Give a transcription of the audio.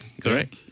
Correct